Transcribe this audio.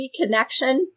reconnection